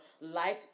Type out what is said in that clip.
life